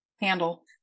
handle